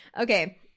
Okay